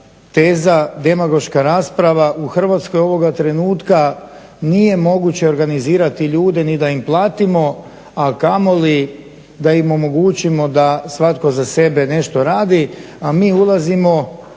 teza, demagoška rasprava u Hrvatskoj ovoga trenutka nije moguće organizirati ljude ni da im platimo, a kamoli da im omogućimo da svatko za sebe nešto radi, a mi ulazimo